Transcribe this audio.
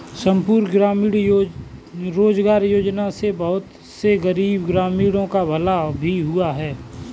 संपूर्ण ग्रामीण रोजगार योजना से बहुत से गरीब ग्रामीणों का भला भी हुआ है